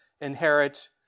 inherit